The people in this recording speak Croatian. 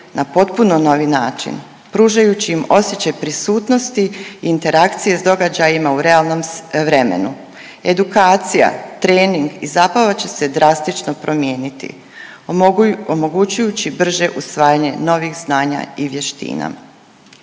na potpuno novi način pružajući im osjećaj prisutnosti i interakcije sa događajima u realnom vremenu. Edukacija, trening i zabava će se drastično promijeniti omogućujući brže usvajanje novih znanja i vještina.